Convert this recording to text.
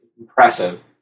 impressive